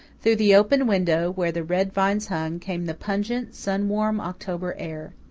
through the open window, where the red vines hung, came the pungent, sun-warm october air.